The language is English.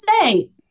say